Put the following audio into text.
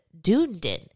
Dunedin